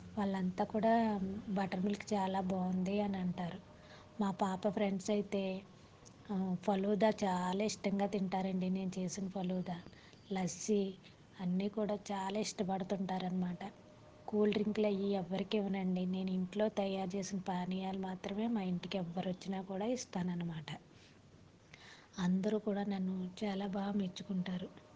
వాళ్ళు అంతా కూడా బట్టర్ మిల్క్ చాలా బాగుంది అని అంటారు మా పాప ఫ్రెండ్స్ అయితే ఫలూదా చాలా ఇష్టంగా తింటారండి నేను చేసిన ఫలూదా లస్సీ అన్నీ కూడా చాలా ఇష్టపడుతుంటారన్నమాట కూల్ డ్రింక్లు అవి ఎవరికీ ఇవ్వను అండి నేను ఇంట్లో తయారు చేసిన పానీయాలు మాత్రమే మా ఇంటికి ఎవరు వచ్చినా కూడా ఇస్తానన్నమాట అందరూ కూడా నన్ను చాలా బాగా మెచ్చుకుంటారు